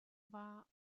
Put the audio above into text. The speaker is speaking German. war